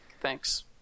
thanks